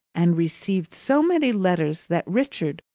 and received so many letters that richard,